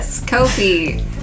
Kofi